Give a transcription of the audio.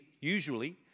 usually